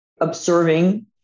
observing